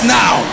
now